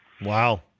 Wow